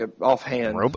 offhand